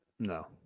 No